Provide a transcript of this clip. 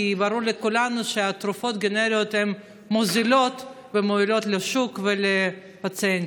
כי ברור לכולנו שתרופות גנריות מוזילות ומועילות לשוק ולפציינטים.